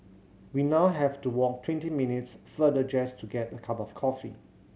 we now have to walk twenty minutes farther just to get a cup of coffee